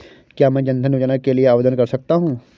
क्या मैं जन धन योजना के लिए आवेदन कर सकता हूँ?